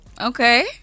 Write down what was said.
Okay